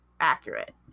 accurate